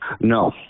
No